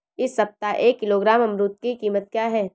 इस सप्ताह एक किलोग्राम अमरूद की कीमत क्या है?